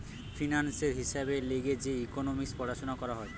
ফিন্যান্সের হিসাবের লিগে যে ইকোনোমিক্স পড়াশুনা করা হয়